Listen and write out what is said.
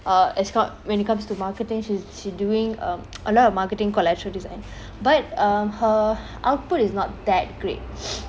uh Ascott when it comes to marketing she's she doing um a lot of marketing collateral design but um her output is not that great